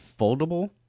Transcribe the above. foldable